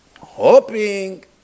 Hoping